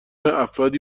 افرادی